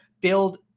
build